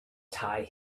tie